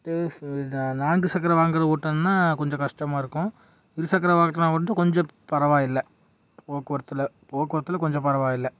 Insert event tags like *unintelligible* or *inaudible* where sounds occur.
*unintelligible* நான்கு சக்கர வாகனங்கள் ஓட்டணுன்னா கொஞ்சம் கஸ்டமாக இருக்கும் இரு சக்கர வாகனன்னா வந்து கொஞ்சம் பரவாயில்லை போக்குவரத்தில் போக்குவரத்தில் கொஞ்சம் பரவாயில்லை